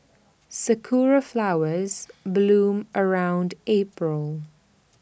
Sakura Flowers bloom around April